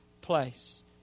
place